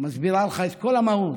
מסבירה לך את כל המהות